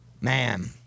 Man